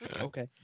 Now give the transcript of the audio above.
Okay